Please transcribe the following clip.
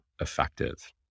effective